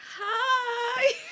hi